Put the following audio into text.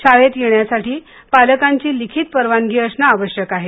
शाळेत येण्यासाठी पालकांची लिखित परवानगी असणं आवश्यक आहे